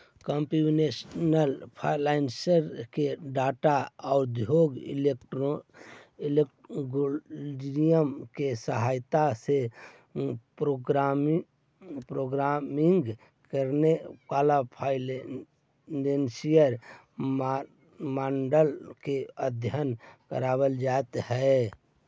computational finance में data औउर algorithm के सहायता से प्रोग्रामिंग करके फाइनेंसियल मॉडल के अध्ययन कईल जा हई